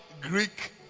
Greek